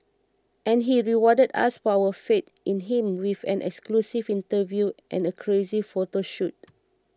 and he rewarded us for our faith in him with an exclusive interview and a crazy photo shoot